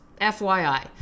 FYI